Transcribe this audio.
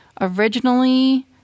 originally